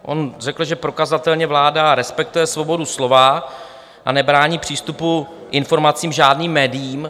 On řekl, že prokazatelně vláda respektuje svobodu slova a nebrání přístupu k informacím žádným médiím.